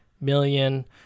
million